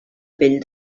pell